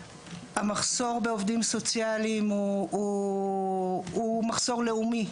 המחסור בעובדים סוציאליים הוא מחסור לאומי,